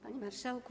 Panie Marszałku!